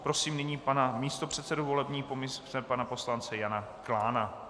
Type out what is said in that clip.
Prosím nyní pana místopředsedu volební komise pana poslance Jana Klána.